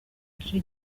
gice